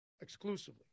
exclusively